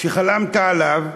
שחלמת עליו,